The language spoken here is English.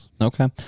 okay